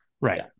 Right